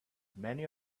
many